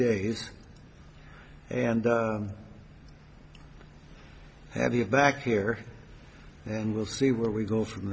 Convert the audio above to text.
days and have you back here and we'll see where we go from